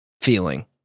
feeling